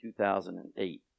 2008